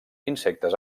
insectes